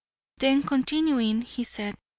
then continuing, he said,